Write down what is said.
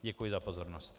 Děkuji za pozornost.